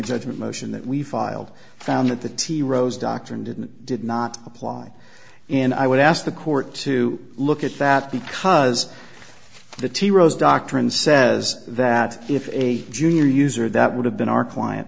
judgment motion that we filed found that the t v rose doctrine didn't did not apply and i would ask the court to look at that because the doctrine says that if a junior user that would have been our client